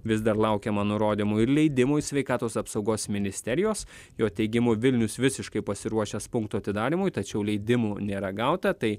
vis dar laukiama nurodymų ir leidimų iš sveikatos apsaugos ministerijos jo teigimu vilnius visiškai pasiruošęs punkto atidarymui tačiau leidimų nėra gauta tai